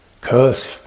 curse